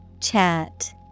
Chat